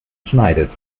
schneidet